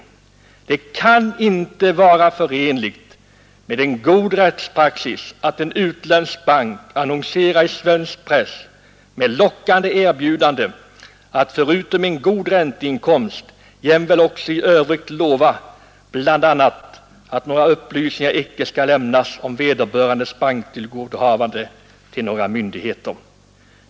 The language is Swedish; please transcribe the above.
Det kan inte vara förenligt med en god rättspraxis att en utländsk bank annonserar i svensk press inte bara med lockande erbjudanden om en god ränteinkomst utan också med löfte bl.a. att några upplysningar icke skall lämnas om vederbörandes banktillgodohavande till några myndigheter.